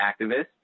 activists